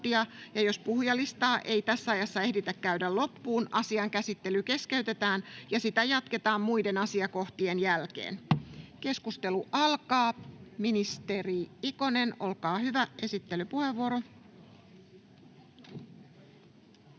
Jos puhujalistaa ei tässä ajassa ehditä käydä loppuun, asian käsittely keskeytetään ja sitä jatketaan muiden asiakohtien jälkeen. — Keskustelu alkaa. Ministeri Ikonen, olkaa hyvä, esittelypuheenvuoro.